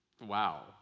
wow